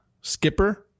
Skipper